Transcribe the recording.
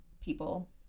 people